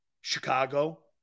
Chicago